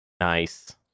Nice